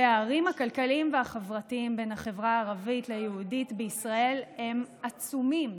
הפערים הכלכליים והחברתיים בין החברה היהודית לערבית בישראל הם עצומים,